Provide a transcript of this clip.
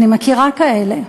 אני מכירה כאלה.